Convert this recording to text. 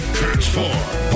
Transform